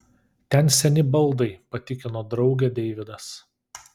ten seni baldai patikino draugę deividas